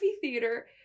theater